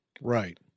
Right